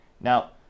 Now